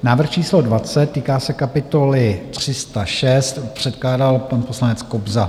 Návrh číslo 20, týká se kapitoly 306, předkládal pan poslanec Kobza.